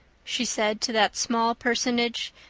she said to that small personage,